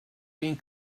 being